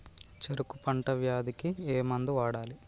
చెరుకు పంట వ్యాధి కి ఏ మందు వాడాలి?